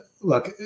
look